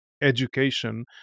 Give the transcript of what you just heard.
education